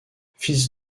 fils